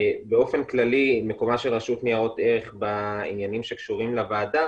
באופן כללי מקומה של רשות ניירות ערך בעניינים שקשורים לוועדה